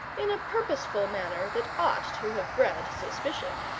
in a purposeful manner that ought to have bred suspicion.